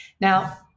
Now